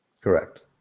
Correct